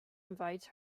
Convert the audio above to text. invites